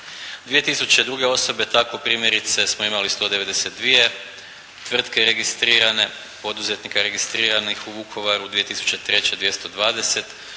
2002. osobe tako primjerice smo imali 192 tvrtke registrirane, poduzetnika registriranih u Vukovaru. 2003. 220,